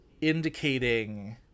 indicating